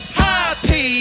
happy